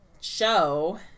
show